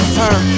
turn